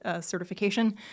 certification